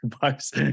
bucks